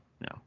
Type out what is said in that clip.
No